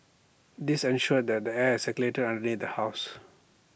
this ensured that the air circulated underneath the house